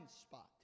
spot